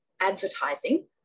advertising